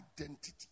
identity